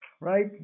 right